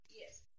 Yes